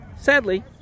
Sadly